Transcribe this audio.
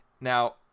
Now